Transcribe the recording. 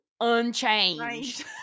unchanged